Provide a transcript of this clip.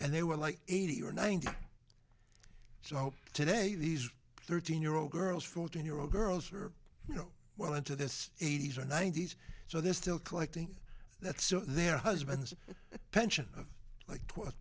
and they were like eighty or ninety so today these thirteen year old girls fourteen year old girls are you know well into this eighty's or ninety's so they're still collecting that so their husbands pension of like what